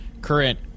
current